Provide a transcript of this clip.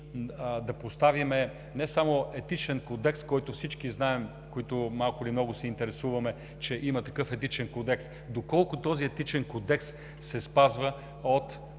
да поставим не само Етичен кодекс, който всички знаем и малко или много се интересуваме, че има такъв, но доколко този етичен кодекс се спазва от